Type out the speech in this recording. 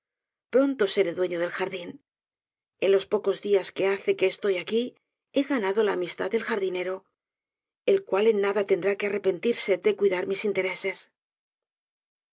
pronto seré dueño del jardin en los pocos dias que hace que estoy aquí he ganado la amistad del jardinero el cual en nada tendrá que arrepentirse de cuidar de mis intereses